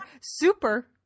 super